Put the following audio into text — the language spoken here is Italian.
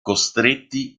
costretti